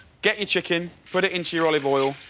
get your chicken, put it into your olive oil.